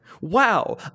Wow